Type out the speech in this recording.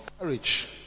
courage